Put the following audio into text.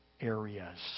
areas